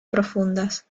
profundas